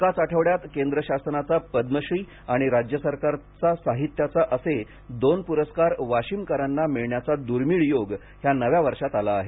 एकाच आठवड्यात केंद्र शासनाचा पदमश्री आणि राज्य सरकारचा साहित्याचा असे दोन प्रस्कार वाशीमकरांना मिळण्याचा दूर्मिळ योग ह्या नव्या वर्षात आला आहे